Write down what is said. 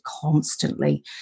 constantly